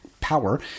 power